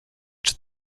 czy